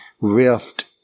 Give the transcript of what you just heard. rift